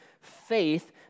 Faith